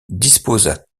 disposa